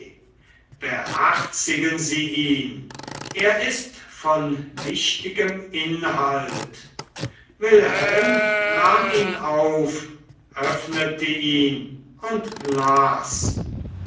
beherzigen sie ihn er ist von wichtigem inhalt wilhelm nahm ihn auf öffnete ihn und las